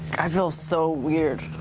i feel so weird.